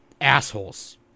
Assholes